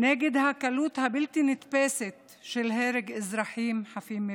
נגד הקלות הבלתי-נתפסת של הרג אזרחים חפים מפשע.